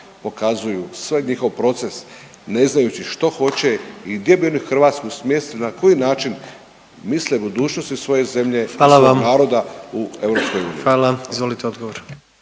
pokazuju njihov proces ne znajući što hoće i gdje bi oni Hrvatsku smjestili, na koji način misle o budućnosti svoje zemlje … …/Upadica predsjednik: Hvala vam./… svog